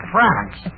France